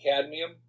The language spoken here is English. cadmium